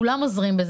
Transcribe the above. כולם עוזרים,